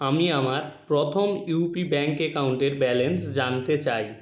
আমি আমার প্রথম ইউ পি ব্যাংক অ্যাকাউন্টের ব্যালেন্স জানতে চাই